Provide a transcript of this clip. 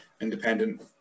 independent